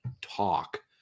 talk